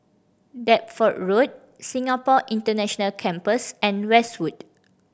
Deptford Road Singapore International Campus and Westwood